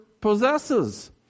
possesses